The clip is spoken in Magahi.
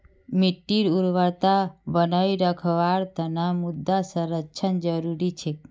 मिट्टीर उर्वरता बनई रखवार तना मृदा संरक्षण जरुरी छेक